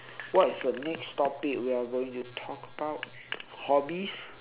what is the next topic we are going to talk about hobbies